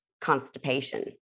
constipation